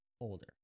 older